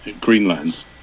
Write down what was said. Greenland